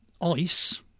ICE